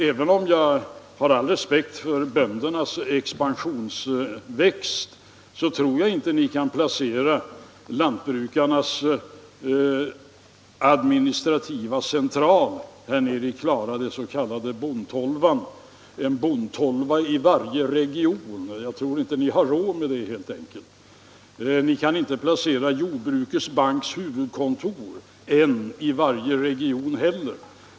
Även om jag har all respekt för böndernas expansionsmöjligheter tror jag inte att ni kan placera en motsvarighet till lantbrukarnas administrativa central här nere i Klara — den s.k. Bondtolvan — i varje region. Jag tror inte att ni har råd med det helt enkelt. Ni kan inte heller placera Jordbrukets banks huvudkontor i varje region.